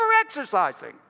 exercising